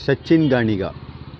Sachin Ganiga